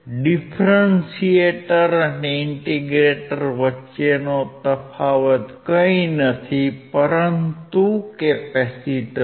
differentiator અને integrator વચ્ચેનો તફાવત કંઈ નથી પરંતુ કેપેસિટર છે